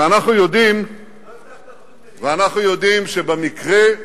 ואנחנו יודעים שבמקרה,